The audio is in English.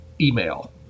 email